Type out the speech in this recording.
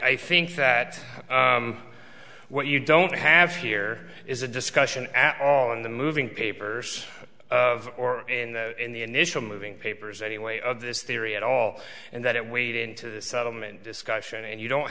i think that what you don't have here is a discussion at all in the moving papers of or in the initial moving papers anyway of this theory at all and that it weighed into the settlement discussion and you don't